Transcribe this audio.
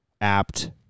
apt